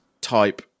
type